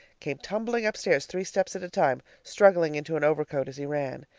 came tumbling upstairs three steps at a time, struggling into an overcoat as he ran.